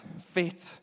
fit